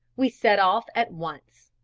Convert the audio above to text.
we set off at once.